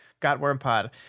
gotwormpod